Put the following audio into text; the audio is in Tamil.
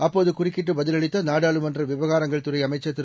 அப்போது குறுக்கிட்டு பதிலளித்த நாடாளுமன்ற விவகாரங்கள் துறை அமைச்சர் திரு